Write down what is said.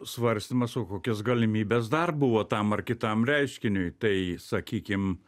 svarstymas o kokios galimybės dar buvo tam ar kitam reiškiniui tai sakykim